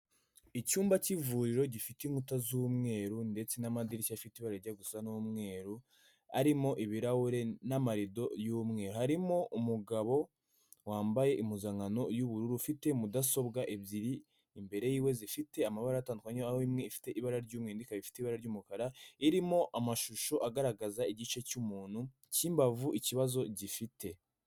Icyumba cy'ivuriro gifite inkuta z'umweru ndetse n'amadirishya afite ibara rijya gusa n'umweru, arimo ibirahure n'amarido y'umweru, harimo umugabo wambaye impuzankano y'ubururu, ufite mudasobwa ebyiri imbere yiwe zifite amabara atandukanye, aho imwe ifite ibara ry'umweru indi ikaba ifite ibara ry'umukara, irimo amashusho agaragaza igice cy'umuntu cy'imbavu ikibazo gifite.